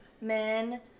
men